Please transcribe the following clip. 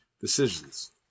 decisions